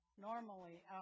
normally